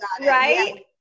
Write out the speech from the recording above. Right